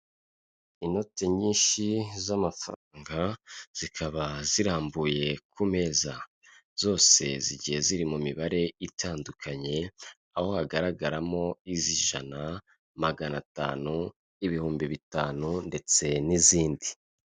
Inoti nyinshi z'amafaranga zikaba zirambuye ku meza, zose zigiye ziri mu mibare itandukanye aho hagaragaramo: iz'ijana, magana atanu, ibihumbi bitanu ndetse n'izindi.